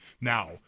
now